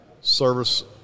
service